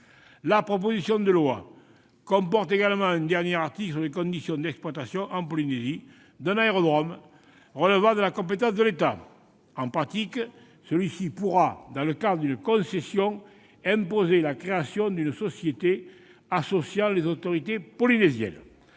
La proposition de loi comporte également un dernier article relatif aux conditions d'exploitation d'un aérodrome situé en Polynésie relevant de la compétence de l'État. En pratique, celui-ci pourra, dans le cadre d'une concession, imposer la création d'une société associant les autorités polynésiennes.